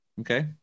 Okay